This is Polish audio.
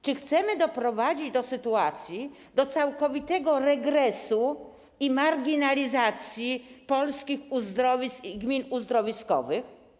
Czy chcemy doprowadzić do sytuacji całkowitego regresu i marginalizacji polskich uzdrowisk i gmin uzdrowiskowych?